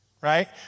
right